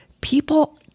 people